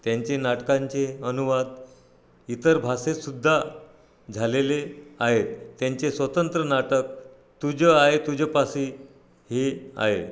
त्यांचे नाटकांचे अनुवाद इतर भाषेतसुद्धा झालेले आहेत त्यांचे स्वतंत्र नाटक तुजं आहे तुजपाशी हे आहे